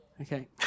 Okay